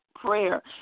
prayer